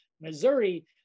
Missouri